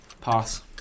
Pass